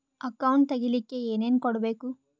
Account ತೆಗಿಲಿಕ್ಕೆ ಏನೇನು ಕೊಡಬೇಕು?